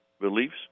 beliefs